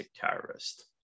terrorist